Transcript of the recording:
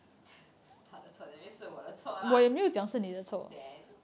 不是他的错 that means 是我的错 lah then